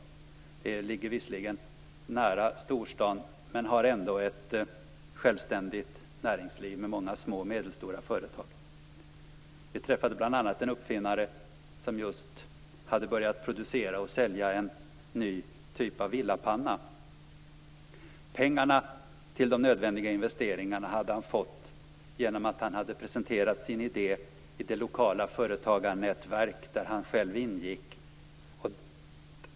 Det ligger visserligen nära storstaden, men har ändå ett självständigt näringsliv med många små och medelstora företag. Vi träffade bl.a. en uppfinnare som just hade börjat producera och sälja en ny typ av villapanna. Pengarna till de nödvändiga investeringarna hade han fått genom att presentera sin idé i det lokala företagarnätverk där han själv ingick.